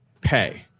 pay